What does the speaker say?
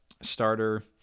starter